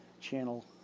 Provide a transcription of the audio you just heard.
channel